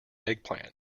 eggplant